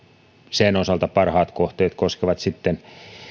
sen osalta parhaat kohteet koskevat